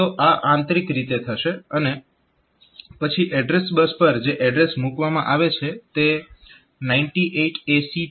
તો આ આંતરીક રીતે થશે અને પછી એડ્રેસ બસ પર જે એડ્રેસ મૂકવામાં આવે છે તે 98AC2 H છે